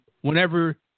whenever